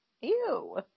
ew